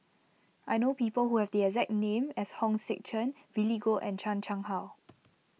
I know people who have the exact name as Hong Sek Chern Billy Koh and Chan Chang How